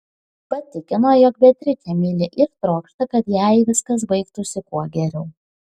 patikino jog beatričę myli ir trokšta kad jai viskas baigtųsi kuo geriau